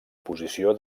posició